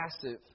passive